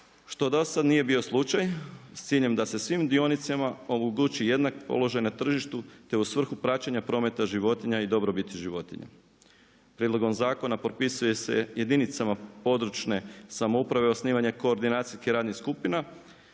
što do sada nije bio slučaj s ciljem da se svim dionicima omogući jednak položaj na tržištu te u svrhu praćenja prometa životinja i dobrobiti životinja. Prijedlogom zakona propisuje jedinica područne samouprave osnivanje koordinacijskih radnih skupina